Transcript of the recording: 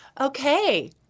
Okay